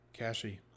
Cashy